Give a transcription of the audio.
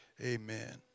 amen